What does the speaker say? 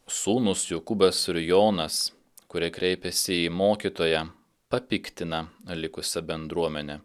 sūnūs jokūbas ir jonas kurie kreipėsi į mokytoją papiktina likusią bendruomenę